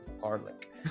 garlic